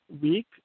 week